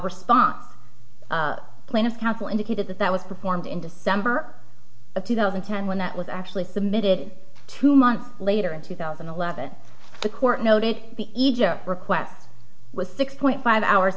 response plaintiff counsel indicated that that was performed in december of two thousand and ten when that was actually submitted two months later in two thousand and eleven the court noted the ija request was six point five hours